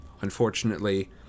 Unfortunately